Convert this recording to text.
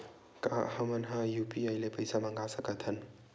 का हमन ह यू.पी.आई ले पईसा मंगा सकत हन?